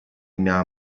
mia